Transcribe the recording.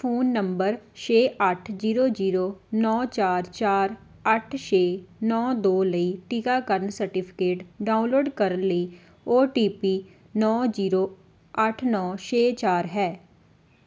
phone number ਛੇ ਅੱਠ zero zero ਨੌਂ ਚਾਰ ਚਾਰ ਅੱਠ ਛੇ ਨੌਂ ਦੋ ਲਈ ਟੀਕਾਕਰਨ ਸਰਟੀਫਿਕੇਟ ਡਾਊਨਲੋਡ ਕਰਨ ਲਈ ਓ ਟੀ ਪੀ ਨੌਂ ਜ਼ੀਰੋ ਅੱਠ ਨੌਂ ਛੇ ਚਾਰ ਹੈ